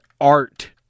Art